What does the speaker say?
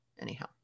Anyhow